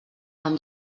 amb